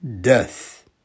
death